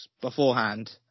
beforehand